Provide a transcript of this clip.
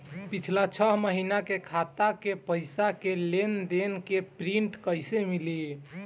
पिछला छह महीना के खाता के पइसा के लेन देन के प्रींट कइसे मिली?